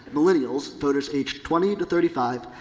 millennials, voters aged twenty to thirty five,